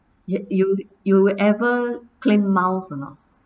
you you you ever claim miles or not